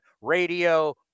radio